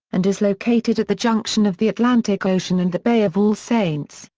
and is located at the junction of the atlantic ocean and the bay of all saints,